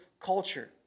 culture